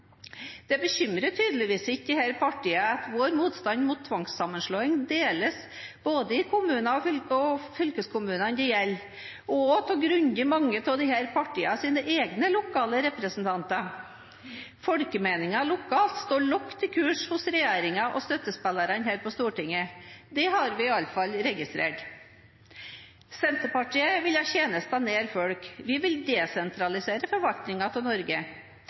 Det bekymrer tydeligvis ikke disse partiene at vår motstand mot tvangssammenslåing deles i både kommunene og fylkeskommunene det gjelder, også av svært mange av disse partienes egne lokale representanter. Folkemeningen lokalt står lavt i kurs hos regjeringen og støttespillerne her på Stortinget. Det har vi iallfall registrert. Senterpartiet vil ha tjenester nær folk. Vi vil desentralisere forvaltningen av Norge.